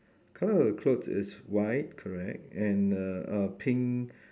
colour of the clothes is white correct and err err pink